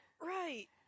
Right